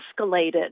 escalated